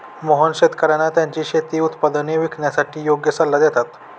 मोहन शेतकर्यांना त्यांची शेती उत्पादने विकण्यासाठी योग्य सल्ला देतात